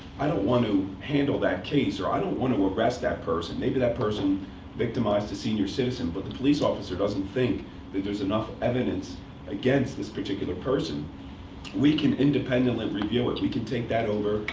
i don't want to handle that case, or i don't want to arrest that person maybe that person victimized a senior citizen, but the police officer doesn't think that there's enough evidence against this particular person we can independently review it. we can take that over.